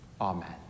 Amen